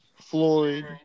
Floyd